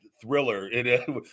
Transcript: thriller